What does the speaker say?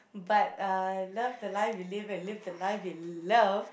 but uh love the life you live and live the life you love